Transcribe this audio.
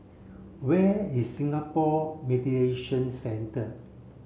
where is Singapore Mediation Centre